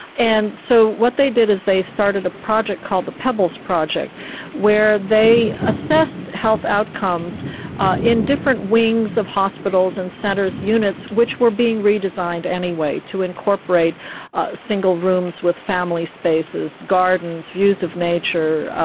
and so what they did was they started a project called the pebbles project where they assessed health outcomes in different wings of hospitals and centre's units which were being redesigned anyway to incorporate single rooms with family spaces, gardens, views of nature,